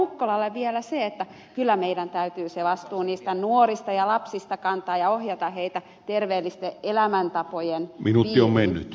ukkolalle vielä se että kyllä meidän täytyy se vastuu niistä nuorista ja lapsista kantaa ja ohjata heitä terveellisten elämäntapojen piiriin